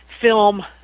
film